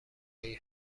واقعی